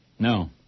No